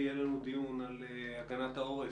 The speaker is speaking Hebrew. הנושא הזה של מוכנות לרעידות אדמה עולה מפעם לפעם,